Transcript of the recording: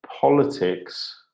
politics